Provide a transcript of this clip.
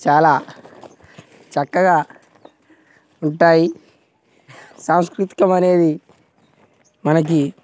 చాలా చక్కగా ఉంటాయి సాంస్కృతికమనేది మనకి